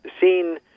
seen